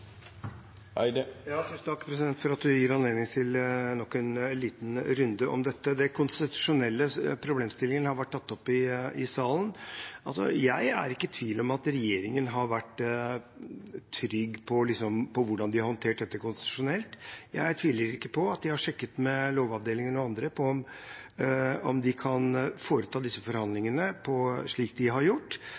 Tusen takk for at presidenten gir anledning til nok en liten runde om dette. Den konstitusjonelle problemstillingen har vært tatt opp i salen. Jeg er ikke i tvil om at regjeringen har vært trygg på hvordan de har håndtert dette konstitusjonelt. Jeg tviler ikke på at de har sjekket med Lovavdelingen og andre om de kan føre disse forhandlingene, slik de har gjort.